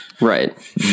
Right